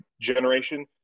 generation